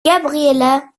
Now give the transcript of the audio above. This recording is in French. gabriella